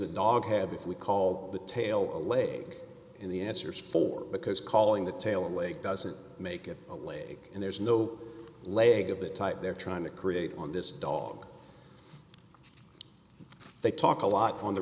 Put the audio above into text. a dog have if we called the tail a leg and the answers for because calling the tail a leg doesn't make it a lake and there's no leg of the type they're trying to create on this dog they talk a lot o